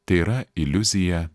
tėra iliuzija